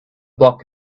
block